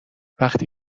وقتی